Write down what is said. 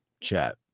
chat